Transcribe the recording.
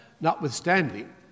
notwithstanding